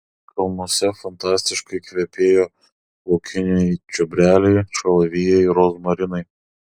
kalnuose fantastiškai kvepėjo laukiniai čiobreliai šalavijai rozmarinai